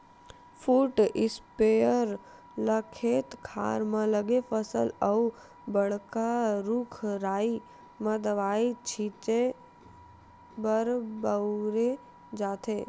foot sprayer ल खेत खार म लगे फसल अउ बड़का रूख राई म दवई छिते बर बउरे जाथे